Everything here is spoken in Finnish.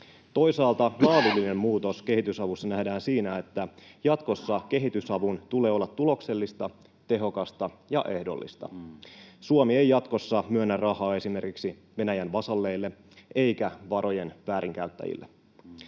Toisaalta laadullinen muutos kehitysavussa nähdään siinä, että jatkossa kehitysavun tulee olla tuloksellista, tehokasta ja ehdollista. Suomi ei jatkossa myönnä rahaa esimerkiksi Venäjän vasalleille eikä varojen väärinkäyttäjille.